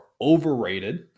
overrated